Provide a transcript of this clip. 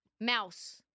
Mouse